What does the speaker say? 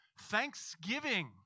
thanksgiving